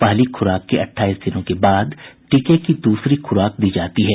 पहली खुराक के अट्ठाईस दिनों के बाद टीके की दूसरी खुराक दी जाती है